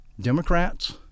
Democrats